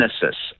Genesis